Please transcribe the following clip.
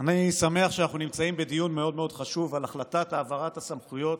אני שמח שאנחנו נמצאים בדיון מאוד מאוד חשוב על החלטה להעברת הסמכויות